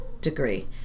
degree